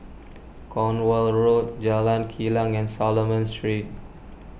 Cornwall Road Jalan Kilang and Solomon Street